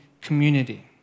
community